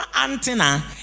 antenna